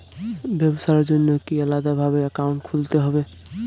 ব্যাবসার জন্য কি আলাদা ভাবে অ্যাকাউন্ট খুলতে হবে?